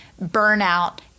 burnout